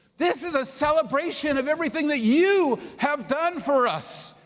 this is a celebration of everything that you have done for us.